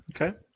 Okay